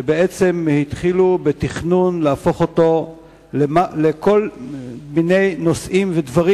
ובעצם התחילו בתכנון להפוך אותו לכל מיני נושאים ודברים,